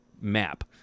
map